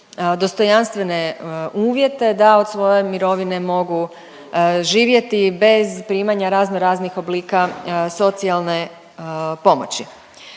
dostojanstvene uvjete da od svoje mirovine mogu živjeti, bez primanja razno raznih oblika socijalne pomoći.